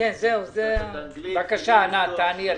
גם אנגלית?